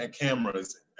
cameras